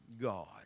God